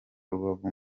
rubavu